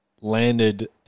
landed